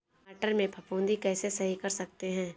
टमाटर से फफूंदी कैसे सही कर सकते हैं?